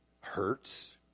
hurts